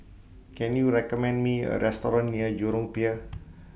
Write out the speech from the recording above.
Can YOU recommend Me A Restaurant near Jurong Pier